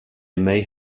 may